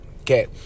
Okay